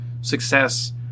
success